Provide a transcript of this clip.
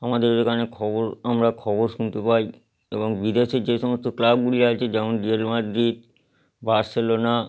আমাদের এখানে খবর আমরা খবর শুনতে পাই এবং বিদেশের যে সমস্ত ক্লাবগুলি আছে যেমন রিয়াল মাদ্রিদ বার্সেলোনা